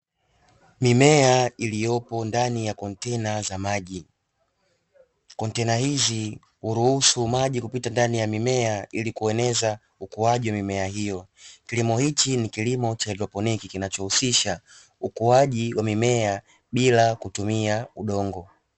Mimea iliyopo ndani ya kontena za maji, Kontena hizi huruhusu maji kupita ndani ya mimea ili kueneza ukuaji wa mimea hiyo. Kilimo hiki ni kilimo cha haidroponi kinachohusisha ukuaji wa mimea bila kutumia udongo.